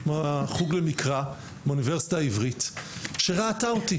בחוג למקרא באוניברסיטה העברית, שראתה אותי.